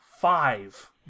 five